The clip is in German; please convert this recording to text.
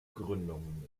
gründung